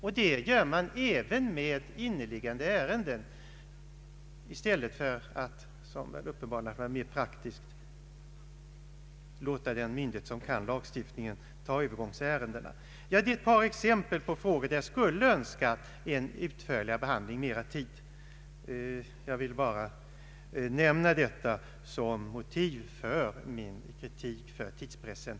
Man flyttar alltså även inneliggande ärenden i stället för att, vilket väl uppenbarligen hade varit mera praktiskt, låta den myndighet som kan lagstiftningen ta hand om Övergångsärendena. Jag har nu givit ett par exempel på frågor för vilka jag skulle önskat ha mera tid till en närmare behandling. Jag vill nämna det som motiv för min kritik mot tidspressen.